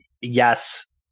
yes